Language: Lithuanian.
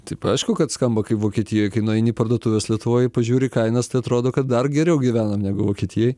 taip aišku kad skamba kaip vokietijoj kai nueini į parduotuves lietuvoj i pažiūri į kainas tai atrodo kad dar geriau gyvenam negu vokietijoj